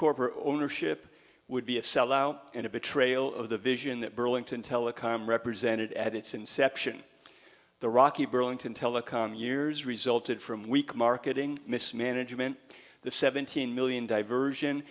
corporate ownership would be a sellout and a betrayal of the vision that burlington telecom represented at its inception the rocky burlington telecom years resulted from weak marketing mismanagement the seventeen million diversion